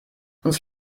uns